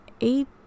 eight